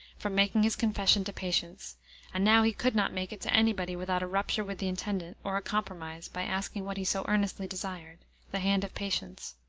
from making his confession to patience and now he could not make it to any body without a rupture with the intendant, or a compromise, by asking what he so earnestly desired the hand of patience.